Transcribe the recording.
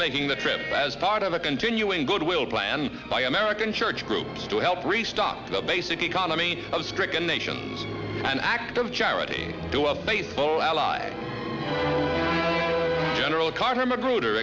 making the trip as part of a continuing goodwill plan by american church groups to help restock the basic economy of stricken nations an act of charity to a baseball ally general carter m